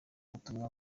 ubutumwa